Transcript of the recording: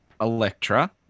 Electra